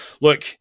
look